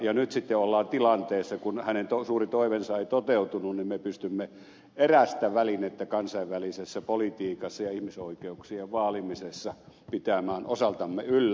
ja nyt sitten ollaan tilanteessa kun hänen suuri toiveensa ei toteutunut että me pystymme erästä välinettä kansainvälisessä politiikassa ja ihmisoikeuksien vaalimisessa pitämään osaltamme yllä